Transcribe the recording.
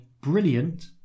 brilliant